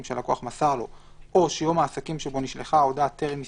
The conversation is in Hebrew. שהלקוח מסר לו או שיום העסקים שבו נשלחה ההודעה טרם הסתיים,